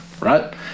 right